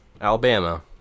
alabama